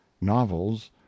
novels